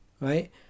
Right